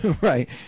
Right